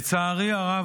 לצערי הרב,